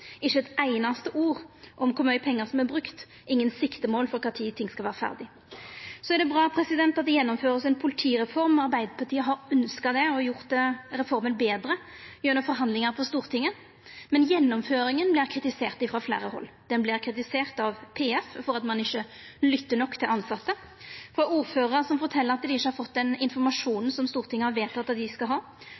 ikkje eit einaste ord om kor mykje pengar som er brukte, ingen siktemål for kva tid ting skal vera ferdige. Det er bra at det vert gjennomført ei politireform. Me i Arbeidarpartiet har ønskt det og har gjort reforma betre gjennom forhandlingar på Stortinget. Men gjennomføringa vert kritisert frå fleire hald. Ho vert kritisert av PF for at ein ikkje lyttar nok til tilsette. Det har vore ordførarar som fortel at dei ikkje har fått den informasjonen som Stortinget har vedteke at dei skal ha,